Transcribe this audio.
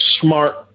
smart